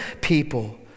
people